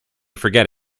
forget